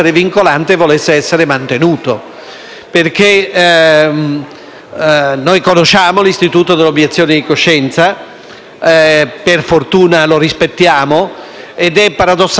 infatti l'istituto dell'obiezione di coscienza - per fortuna lo rispettiamo - ed è paradossale che in questo provvedimento, di fronte a